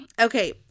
Okay